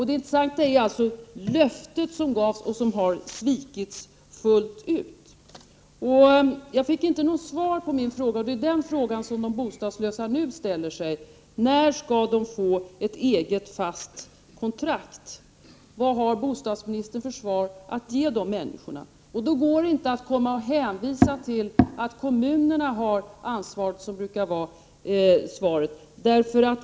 Det intressanta är det löfte som gavs och som har svikits fullt ut. Jag fick inte något svar på min fråga, den som de bostadslösa nu ställer sig: När skall de få ett eget fast kontrakt? Vad har bostadsministern för svar att ge dem? Man kan inte hänvisa till att kommunerna har ansvaret, som det brukar heta.